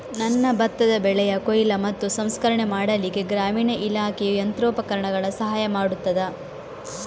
ನನ್ನ ಭತ್ತದ ಬೆಳೆಯ ಕೊಯ್ಲು ಮತ್ತು ಸಂಸ್ಕರಣೆ ಮಾಡಲಿಕ್ಕೆ ಗ್ರಾಮೀಣ ಇಲಾಖೆಯು ಯಂತ್ರೋಪಕರಣಗಳ ಸಹಾಯ ಮಾಡುತ್ತದಾ?